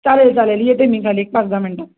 चालेल चालेल येते मी खाली एक पाच दहा मिनटात